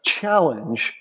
challenge